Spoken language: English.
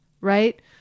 right